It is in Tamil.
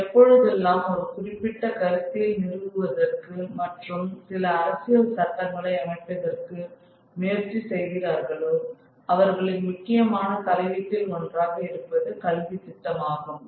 எப்பொழுதெல்லாம் ஒரு குறிப்பிட்ட கருத்தியல் நிறுவுவதற்கு மற்றும் சில அரசியல் சட்டங்களை அமைப்பதற்கு முயற்சி செய்கிறார்களோ அவர்களின் முக்கியமான தலையீட்டில் ஒன்றாக இருப்பது கல்வி திட்டமாகும்